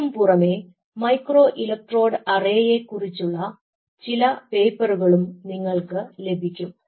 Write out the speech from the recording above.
അതിനും പുറമേ micro electrode array യെ കുറിച്ചുള്ള ചില പേപ്പറുകളും നിങ്ങൾക്ക് ലഭിക്കും